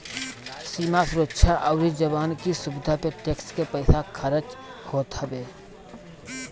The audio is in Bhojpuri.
सीमा सुरक्षा अउरी जवान की सुविधा पे टेक्स के पईसा खरच होत हवे